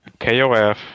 KOF